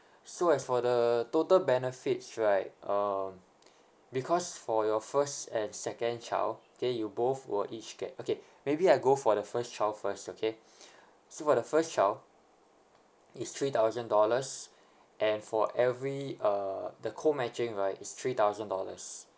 so as for the total benefits right uh because for your first and second child okay you both will each get okay maybe I go for the first child first okay so for the first child it's three thousand dollars and for every uh the co matching right is three thousand dollars